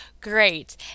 great